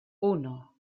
uno